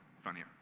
funnier